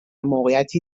موقعیتی